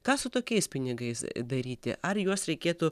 ką su tokiais pinigais daryti ar juos reikėtų